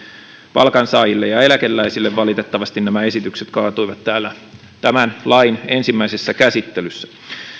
palkansaajille ja eläkeläisille valitettavasti nämä esitykset kaatuivat täällä tämän lain ensimmäisessä käsittelyssä